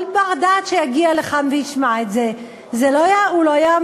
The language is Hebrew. כל בר-דעת שיגיע לכאן וישמע את זה, לא יאמין.